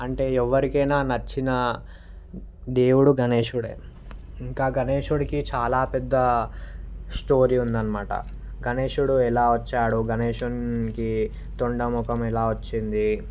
అంటే ఎవ్వరికైనా నచ్చిన దేవుడు గణేషుడే ఇంకా గణేషుడికి చాలా పెద్ద స్టోరీ ఉందన్న మాట గణేషుడు ఎలా వచ్చాడు గణేశునికి తొండ మొఖము ఎలా వచ్చింది